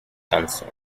council